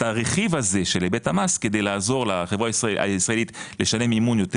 את הרכיב הזה של היבט המס כדי לעזור לחברה הישראלית לשלם מימון יותר